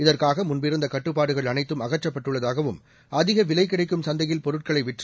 இதற்காக முன்பிருந்த கட்டுப்பாடுகள் அனைத்தும் அகற்றப்பட்டுள்ளதாகவும் அதிக விலை கிடைக்கும் சந்தையில் பொருட்களை விற்று